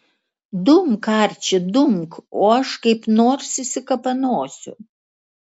dumk arči dumk o aš kaip nors išsikapanosiu